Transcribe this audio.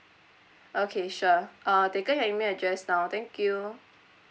okay sure uh taken your email address now thank you